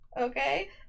okay